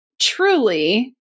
truly